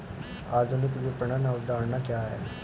आधुनिक विपणन अवधारणा क्या है?